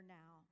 now